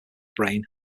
brain